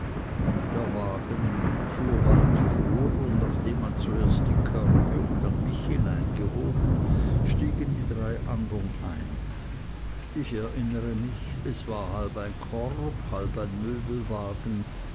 der wagen fuhr bald vor und nachdem man zuerst die körbe und dann mich hineingehoben stiegen die drei andern ein ich erinnere mich es war halb ein korb halb